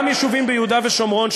גם יישובים ביהודה ושומרון,